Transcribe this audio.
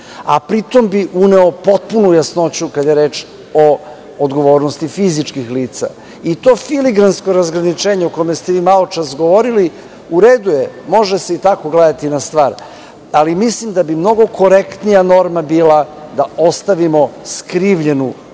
a pritom bi uneo potpunu jasnoću kada je reč o odgovornosti fizičkih lica. To filigransko razgraničenje, o kome ste vi maločas govorili, u redu je, može se i tako gledati na stvar, ali mislim da bi mnogo korektnija norma bila da ostavimo krivicu